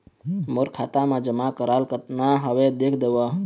मोर खाता मा जमा कराल कतना हवे देख देव?